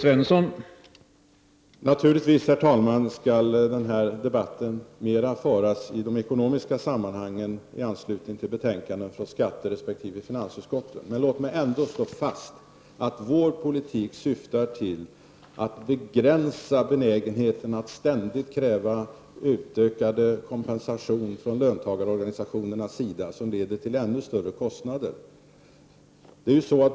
Herr talman! Denna debatt borde naturligtvis mera föras i de ekonomiska sammanhangen i anslutning till betänkanden från skatteresp. finansutskottet. Låt mig ändå slå fast att vår politik syftar till att begränsa benägenheten hos löntagarorganisationerna att ständigt kräva utökad kompensation som leder till ännu större kostnader.